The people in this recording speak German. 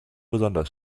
besonders